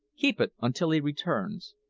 keep it until he returns.